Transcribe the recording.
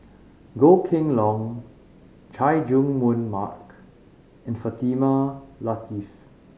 Goh Kheng Long Chay Jung Jun Mark and Fatimah Lateef